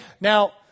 Now